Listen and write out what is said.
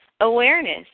awareness